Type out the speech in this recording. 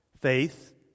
faith